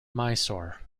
mysore